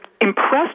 impressed